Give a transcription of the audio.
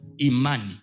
Imani